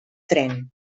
tren